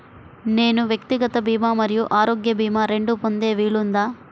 నేను వ్యక్తిగత భీమా మరియు ఆరోగ్య భీమా రెండు పొందే వీలుందా?